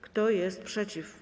Kto jest przeciw?